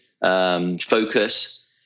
focus